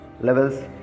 levels